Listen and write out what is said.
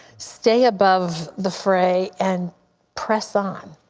stay above the fray and press on?